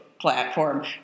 platform